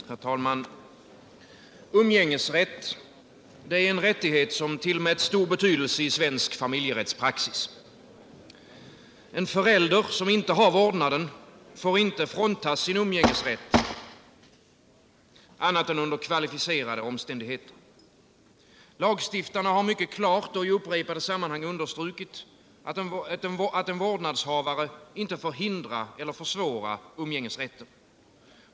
Herr talman! Umgängesrätt är en rättighet som tillmäts stor betydelse i svensk familjerättspraxis. En förälder som inte har vårdnaden får inte fråntas sin umgängesrätt annat än under kvalificerade omständigheter. Lagstiftarna har mycket klart och i upprepade sammanhang understrukit att en vårdnadshavare inte får hindra eller försvåra umgängesrätten.